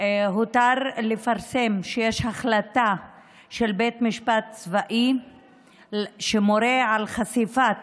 הותר לפרסם שיש החלטה של בית משפט צבאי שמורה על חשיפת